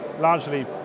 largely